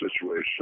situation